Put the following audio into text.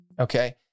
okay